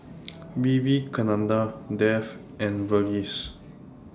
Vivekananda Dev and Verghese